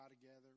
together